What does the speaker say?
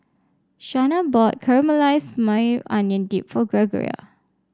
Shenna bought Caramelized Maui Onion Dip for Gregoria